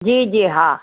जी जी हा